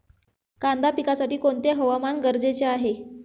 कांदा पिकासाठी कोणते हवामान गरजेचे आहे?